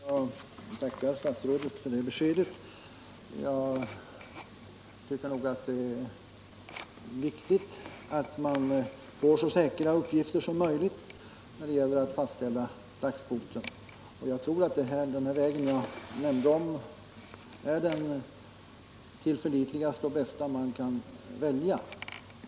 Herr talman! Jag tackar statsrådet för det beskedet. Jag tycker nog att det är viktigt att man får så säkra uppgifter som möjligt när det gäller att fastställa dagsboten, och jag tror att den väg jag nämnde är den tillförlitligaste och bästa.